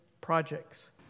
projects